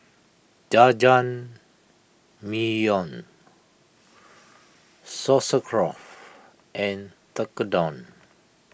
Jajangmyeon Sauerkraut and Tekkadon